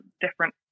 different